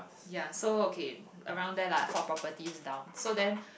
ya so okay around there lah for properties down so then